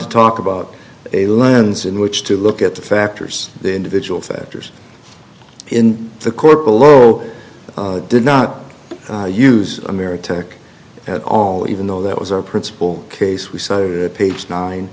to talk about a lens in which to look at the factors the individual factors in the court below did not use ameritech at all even though that was our principle case we cited page nine